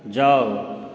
जाउ